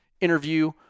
interview